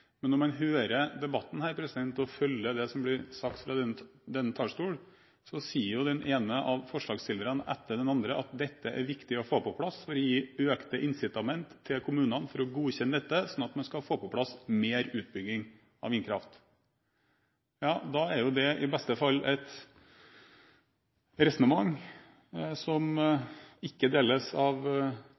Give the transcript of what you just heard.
Men når man hører debatten og følger det som blir sagt fra denne talerstolen, sier den ene av forslagsstillerne etter den andre at dette er viktig å få på plass for å gi økte incitamenter til kommunene til å godkjenne dette, slik at man skal få på plass mer utbygging av vindkraft. Da er det i beste fall et resonnement som ikke deles av